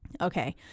Okay